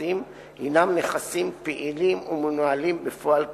בפנקסים הם נכסים פעילים ומנוהלים בפועל כדין.